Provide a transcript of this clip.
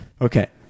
Okay